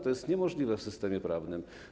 To jest niemożliwe w systemie prawnym.